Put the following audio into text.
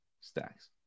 stacks